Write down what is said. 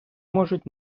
можуть